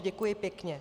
Děkuji pěkně.